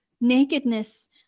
nakedness